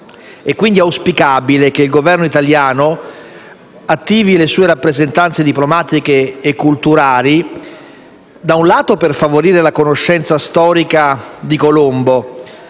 È quindi auspicabile che il Governo italiano attivi le sue rappresentanze diplomatiche e culturali, da un lato, per favorire la conoscenza storica di Colombo